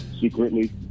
secretly